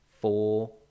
four